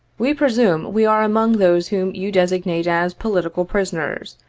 we presume we are among those whom you designate as political prisoners,